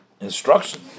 instruction